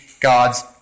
God's